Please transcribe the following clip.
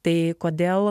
tai kodėl